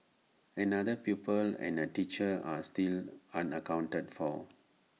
another pupil and A teacher are still unaccounted for